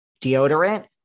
Deodorant